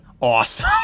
awesome